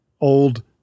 old